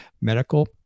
medical